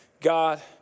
God